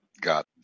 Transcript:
got